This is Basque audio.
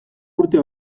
urte